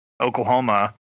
Oklahoma